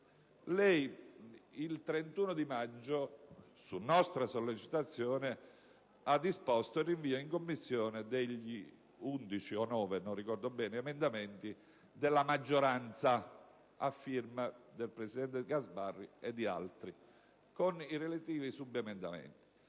Lei, in data 31 maggio, su nostra sollecitazione, ha disposto il rinvio in Commissione degli 11 emendamenti della maggioranza, a firma del presidente Gasparri e altri, con i relativi subemendamenti.